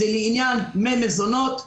זה לעניין דמי מזונות.